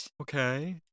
Okay